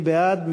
מי בעד?